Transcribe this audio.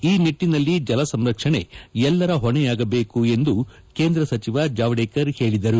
ಈ ನಿಟ್ಟನಲ್ಲಿ ಜಲಸಂರಕ್ಷಣೆ ಎಲ್ಲರ ಹೊಣೆಯಾಗಬೇಕು ಎಂದು ಕೇಂದ್ರ ಸಚಿವ ಜಾವಡೇಕರ್ ಹೇಳಿದರು